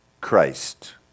Christ